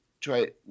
try